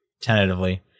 tentatively